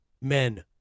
men